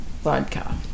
vodka